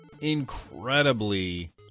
incredibly